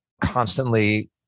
constantly